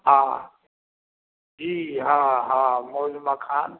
हाँ जी हाँ हाँ मध मखान